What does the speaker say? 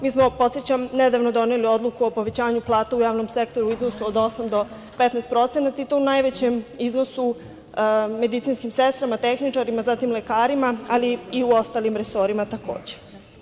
Mi smo, podsećam, nedavno doneli odluku o povećanju plata u javnom sektoru u iznosu od 8% do 15% i to u najvećem iznosu medicinskim sestrama, tehničarima, zatim lekarima, ali i u ostalim resorima takođe.